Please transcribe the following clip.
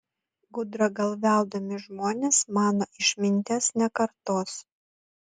gudragalviaudami žmonės mano išminties nekartos